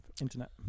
internet